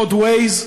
עוד Waze,